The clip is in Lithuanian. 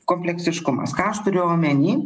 kompleksiškumas ką aš turiu omeny